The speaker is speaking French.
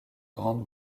grande